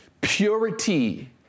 Purity